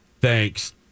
Thanks